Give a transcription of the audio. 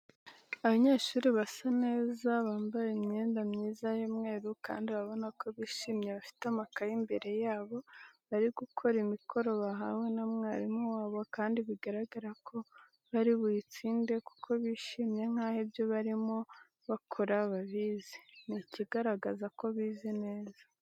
Abanyeshuri basa neza, bambaye imyenda myiza y'umweru kandi urabona ko bishimye bafite amakaye imbere yabo bari gukora imikoro bahawe na mwarimu wabo kandi biragaragara ko bari buyitsinde, kuko bishimye nkaho ibyo barimo bakora babizi. Ni ikigaragaza ko bize neza.